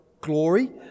glory